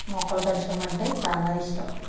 మొక్కలు పెంచడమంటే చాలా ఇష్టం